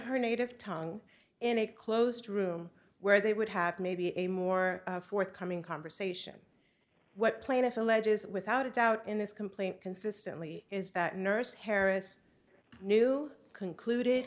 her native tongue in a closed room where they would have maybe a more forthcoming conversation what plaintiff alleges without a doubt in this complaint consistently is that nurse harris knew concluded